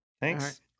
Thanks